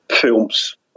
films